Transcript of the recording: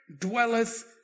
dwelleth